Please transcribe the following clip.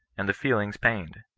and the feelings pained.